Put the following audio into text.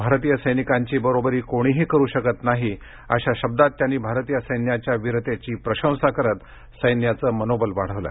भारतीय सैनिकाची बरोबरी कोणीही करू शकत नाही अशा शब्दात त्यांनी भारतीय सैन्याच्या वीरतेची प्रशंसा करत सैन्याचं मनोबल वाढवलं